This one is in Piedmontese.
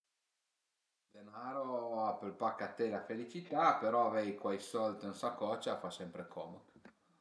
Ël denaro a pöl pa caté la felicità però avei cuai sold ën sacocia a fa sempre comud